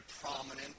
prominent